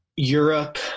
Europe